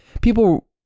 people